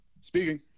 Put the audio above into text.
Speaking